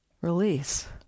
release